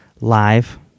live